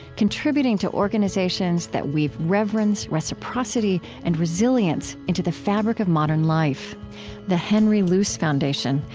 contributing to organizations that weave reverence, reciprocity, and resilience into the fabric of modern life the henry luce foundation,